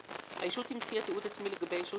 הישות המציאה תיעוד עצמי לגבי ישות